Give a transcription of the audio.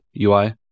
UI